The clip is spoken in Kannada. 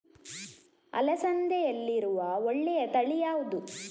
ಅಲಸಂದೆಯಲ್ಲಿರುವ ಒಳ್ಳೆಯ ತಳಿ ಯಾವ್ದು?